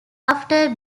after